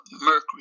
Mercury